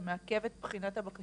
זה מעכב את בחינת הבקשה.